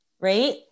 Right